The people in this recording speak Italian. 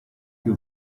più